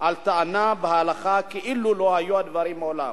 על טענה בהלכה כאילו לא היו הדברים מעולם.